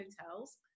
hotels